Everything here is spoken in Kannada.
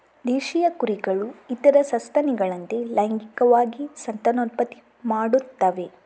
ದೇಶೀಯ ಕುರಿಗಳು ಇತರ ಸಸ್ತನಿಗಳಂತೆ ಲೈಂಗಿಕವಾಗಿ ಸಂತಾನೋತ್ಪತ್ತಿ ಮಾಡುತ್ತವೆ